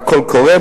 הקול קורא,